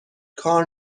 کار